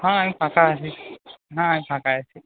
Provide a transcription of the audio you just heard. হ্যাঁ আমি ফাঁকা আছি হ্যাঁ আমি ফাঁকা আছি